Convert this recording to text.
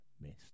missed